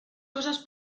cosas